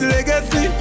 Legacy